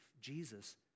Jesus